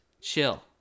Chill